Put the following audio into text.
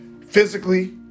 physically